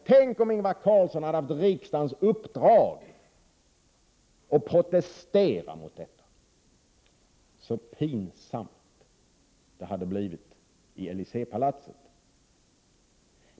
Tänk om Ingvar Carlsson hade haft riksdagens uppdrag att protestera mot detta, så pinsamt det skulle ha blivit i Elyséepalatset.